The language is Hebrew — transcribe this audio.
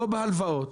לא בהלוואות,